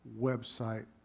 website